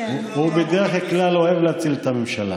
הוא בדרך כלל אוהב להציל את הממשלה.